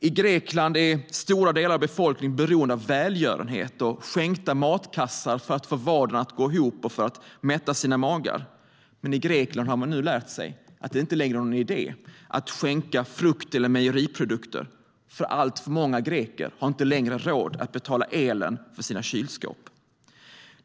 I Grekland är stora delar av befolkningen beroende av välgörenhet och skänkta matkassar för att få vardagen att gå ihop och för att mätta sina magar. Men i Grekland har man nu lärt sig att det inte längre är någon idé att skänka frukt eller mejeriprodukter, för många greker har inte längre råd att betala elen för sina kylskåp.